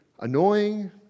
annoying